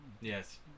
Yes